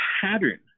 pattern